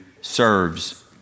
serves